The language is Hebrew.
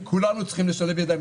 וכולנו צריכים לשלב ידיים.